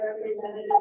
Representative